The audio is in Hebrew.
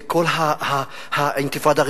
וכל האינתיפאדה הראשונה,